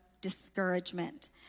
discouragement